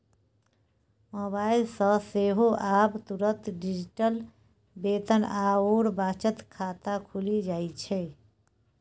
mobile सँ सेहो आब तुरंत डिजिटल वेतन आओर बचत खाता खुलि जाइत छै